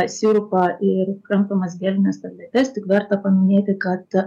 sirupą ir kramtomas gelines tabletes tik verta paminėti kad